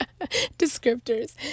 descriptors